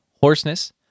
hoarseness